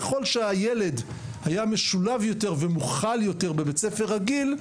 ככל שהילד היה משולב יותר ומוכל יותר בבית ספר רגיל,